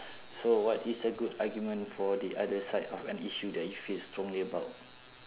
so what is a good argument for the other side of an issue that you feel strongly about